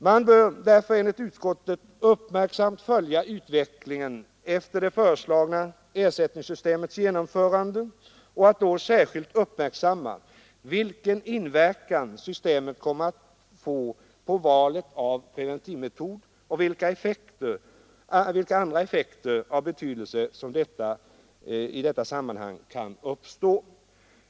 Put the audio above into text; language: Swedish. Man bör därför enligt utskottet uppmärksamt följa utvecklingen efter det föreslagna ersättningssystemets genomförande och då särskilt uppmärksamma vilken inverkan systemet kommer att få på valet av preventivmetod och vilka andra effekter av betydelse som i detta sammanhang kan uppstå.